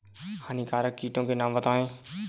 हानिकारक कीटों के नाम बताएँ?